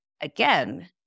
again